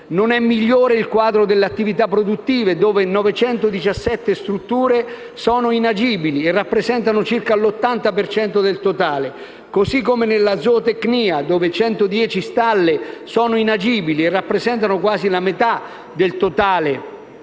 Non è migliore il quadro delle attività produttive, dove 917 strutture sono inagibili (rappresentano circa l'80 per cento del totale); così come nella zootecnia, dove 110 stalle sono inagibili (quasi la metà del totale